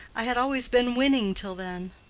i had always been winning till then.